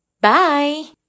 Bye